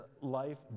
life